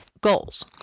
goals